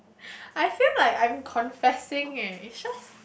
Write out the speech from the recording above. I feel like I'm confessing eh it's just